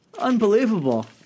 Unbelievable